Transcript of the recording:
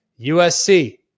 USC